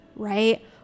Right